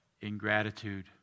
ingratitude